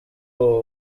ubu